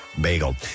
Bagel